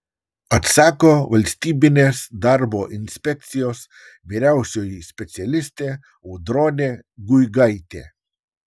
atsako valstybinės darbo inspekcijos vyriausioji specialistė audronė guigaitė